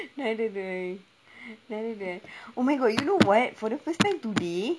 neither do I neither do I oh my god you know what for the first time today